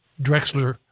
Drexler